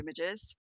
images